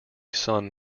son